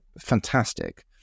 fantastic